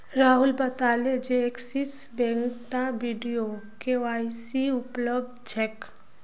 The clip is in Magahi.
राहुल बताले जे एक्सिस बैंकत वीडियो के.वाई.सी उपलब्ध छेक